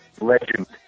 legend